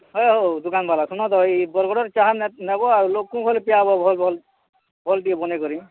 ହଏ ହୋ ଦୁକାନ୍ବାଲା ଶୁନ ତ ବରଗଡ଼ର ଚାହା ନେବ ଆଉ ଲୁକ୍ଙ୍କୁ ପିଆଇବ ଭଲ୍ ଭଲ୍ ଭଲ୍ ଟିକେ ବନେଇକରି